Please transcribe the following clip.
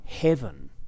heaven